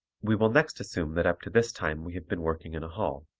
we will next assume that up to this time we have been working in a hall.